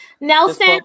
Nelson